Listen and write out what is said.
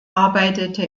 arbeitete